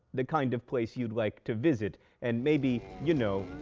the kind of place you'd like to visit. and maybe, you know,